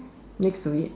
next to it